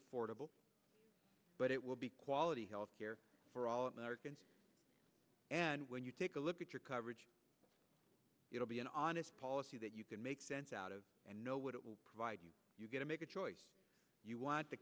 affordable but it will be quality health care for all americans and when you take a look at your coverage it'll be an honest policy that you can make sense out of and know what it will provide you you get to make a choice you want the